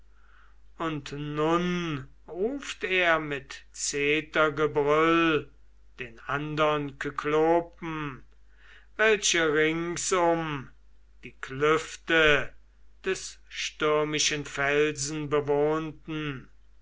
und nun ruft er mit zetergebrüll den andern kyklopen welche ringsum die klüfte des stürmischen felsens bewohnten